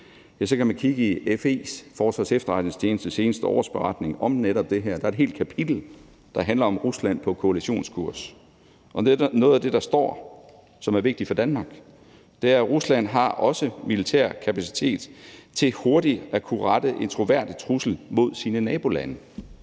det, kan man kigge i FE's, Forsvarets Efterretningstjenestes, seneste årsberetning om netop det her, og der er et helt kapitel, der handler om Rusland på kollisionskurs. Og noget af det, der står der, og som er vigtigt for Danmark, er, at Rusland også har militær kapacitet til hurtigt at kunne rette en troværdig trussel mod sine nabolande.